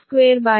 0548